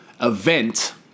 event